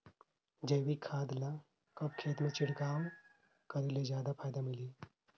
जैविक खाद ल कब खेत मे छिड़काव करे ले जादा फायदा मिलही?